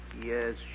Yes